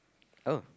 oh